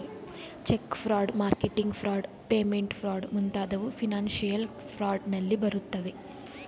check fraud, marketing fraud, payment fraud ಮುಂತಾದವು financial fraud ನಲ್ಲಿ ಬರುತ್ತವೆ